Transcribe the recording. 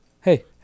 Hey